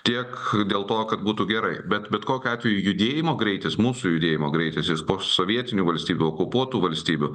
tiek dėl to kad būtų gerai bet bet kokiu atveju judėjimo greitis mūsų judėjimo greitis iš posovietinių valstybių okupuotų valstybių